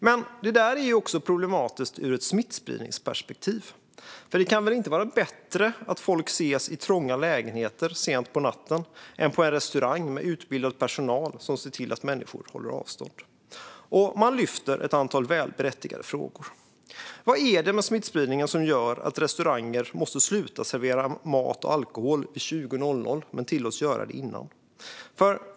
Men det här är ju också problematiskt ur ett smittspridningsperspektiv. Det kan väl inte vara bättre att folk ses i trånga lägenheter sent på natten än att de ses på en restaurang med utbildad personal som ser till att människor håller avstånd? Man lyfter ett antal välberättigade frågor: Vad är det med smittspridningen som gör att restauranger måste sluta servera mat och alkohol klockan 20 men tillåts göra det innan?